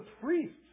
priests